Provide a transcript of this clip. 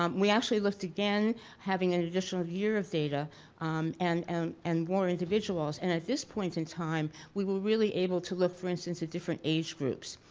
um we actually looked again having a additional year of data and and and more individuals and at this point in time we were really able to look for instance of different age groups.